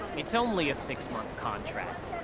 it's only a six month contract.